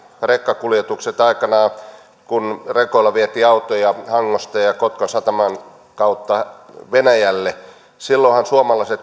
rekkakuljetukset kun aikanaan rekoilla vietiin autoja hangosta ja kotkan sataman kautta venäjälle silloinhan suomalaiset